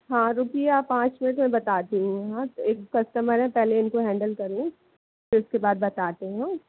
हाँ रुकिए आप पाँच मिनट में बताती हूँ हाँ पहले एक कस्टमर है पहले इनको हैंडल कर लूँ फिर उसके बाद बताती हूँ हाँ